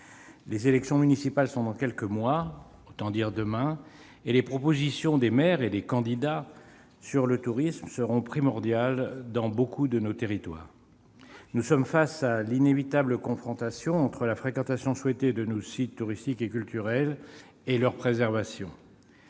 Les élections municipales sont dans quelques mois- autant dire demain -et les propositions des maires et des candidats sur le tourisme seront primordiales dans beaucoup de nos territoires. Nous sommes face à l'inévitable confrontation entre la fréquentation souhaitée de nos sites touristiques et culturels et leur préservation.